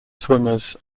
swimmers